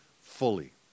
fully